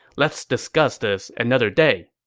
let's discuss this another day.